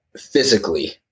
physically